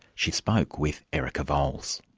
she spoke with erica vowles.